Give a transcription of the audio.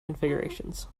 configurations